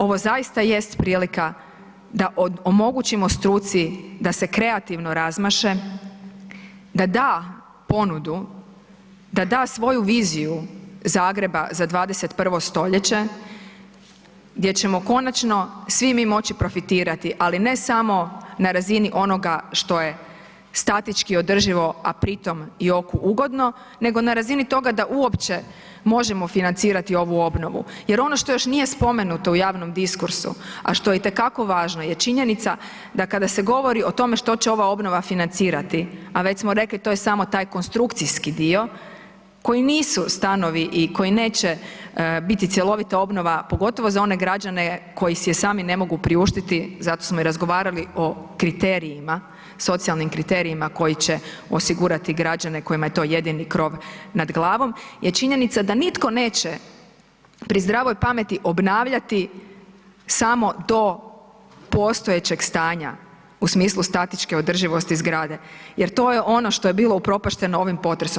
Ovo zaista jest prilika da omogućimo struci da se kreativno razmaše, da da ponudu, da da svoju viziju Zagreba za 21. stoljeće gdje ćemo konačno svi mi moći profitirati, ali ne samo na razini onoga što je statički održivo, a pritom i oku ugodno, nego na razini toga da uopće možemo financirati ovu obnovu jer ono što još nije spomenuto u javnom diskursu, a što je itekako važno je činjenica da kada se govori o tome što će ova obnova financirati, a već smo rekli to je samo taj konstrukcijski dio koji nisu stanovi i koji neće biti cjelovita obnova pogotovo za one građane koji si je sami ne mogu priuštiti zato smo i razgovarali o kriterijima, socijalnim kriterijima koji će osigurati građane kojima je to jedini krov nad glavom, je činjenica da nitko neće pri zdravoj pameti obnavljati samo do postojećeg stanja u smislu statičke održivosti zgrade, jer to je ono što je bilo upropašteno ovim potresom.